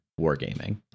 Wargaming